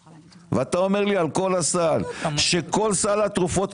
ואתה אומר לי על כל הסל בזמן שכל סל התרופות,